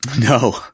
No